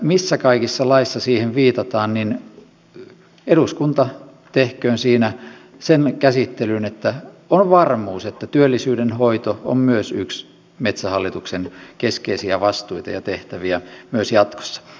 missä kaikissa laeissa siihen viitataan eduskunta tehköön siinä sen käsittelyn että on varmuus että myös työllisyydenhoito on yksi metsähallituksen keskeisiä vastuita ja tehtäviä myös jatkossa